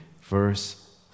verse